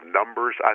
numbers